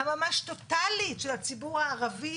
ממש טוטלית של הציבור הערבי,